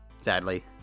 sadly